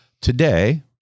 Today